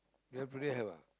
ya today have ah